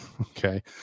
Okay